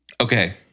Okay